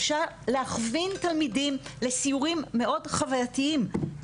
אפשר להכווין תלמידים לסיורים מאוד חווייתיים,